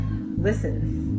listen